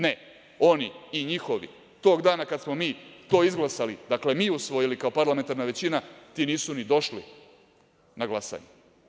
Ne, oni i njihovi tog dana kada smo mi to izglasali, dakle mi usvojili kao parlamentarna većina, ti nisu ni došli na glasanje.